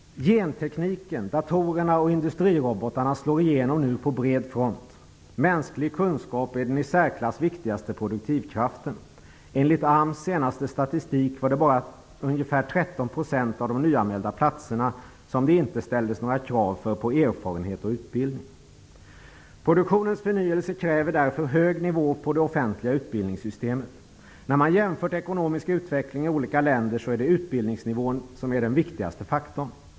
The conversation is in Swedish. Genteknik, datorer och industrirobotar slår nu igenom på bred front. Mänsklig kunskap är den i särklass viktigaste produktivkraften. Enligt AMS senaste statistik var det bara för ungefär 13 % av de nyanmälda platserna som det inte ställdes några krav på erfarenhet och utbildning. Produktionens förnyelse kräver därför hög nivå på det offentliga utbildningssystemet. När man jämför ekonomisk utveckling i olika länder finner man att utbildningsnivån är den viktigaste faktorn.